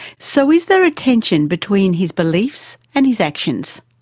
so is there a tension between his beliefs and his actions?